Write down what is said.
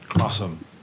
Awesome